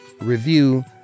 review